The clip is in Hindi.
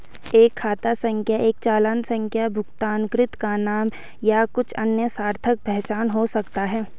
एक खाता संख्या एक चालान संख्या भुगतानकर्ता का नाम या कुछ अन्य सार्थक पहचान हो सकता है